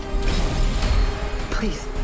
Please